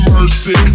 Mercy